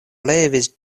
levis